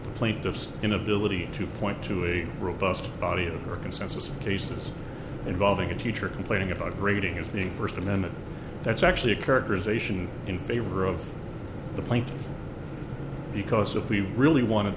the plaintiffs inability to point to a robust body of a consensus of cases involving a teacher complaining about a grading is the first amendment that's actually a character ization in favor of the plaintiff because if we really wanted